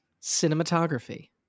cinematography